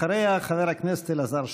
אחריה, חבר הכנסת אלעזר שטרן.